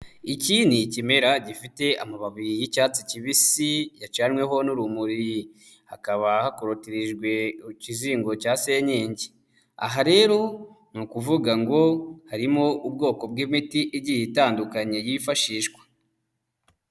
Iki ni ikimera gifite amababi y'icyatsi kibisi yacanweho n'urumuri, hakaba hakorotirijwe ikizingo cya senyengi. Aha rero ni ukuvuga ngo harimo ubwoko bw'imiti igiye itandukanye yifashishwa.